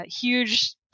Huge